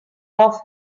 off